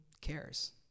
cares